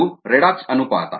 ಇದು ರೆಡಾಕ್ಸ್ ಅನುಪಾತ